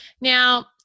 Now